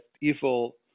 evil